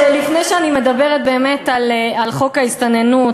שלפני שאני מדברת באמת על חוק ההסתננות,